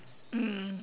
mm